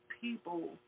people